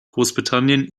großbritannien